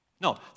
No